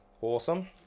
awesome